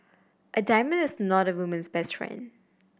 a diamond is not a woman's best friend